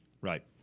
Right